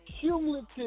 cumulative